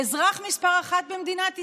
האזרח מספר אחת במדינת ישראל?